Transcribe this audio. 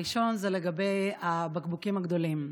הראשון, זה לגבי הבקבוקים הגדולים.